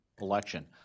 election